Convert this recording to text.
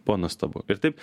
buvo nuostabu ir taip